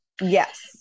yes